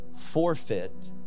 Forfeit